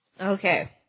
okay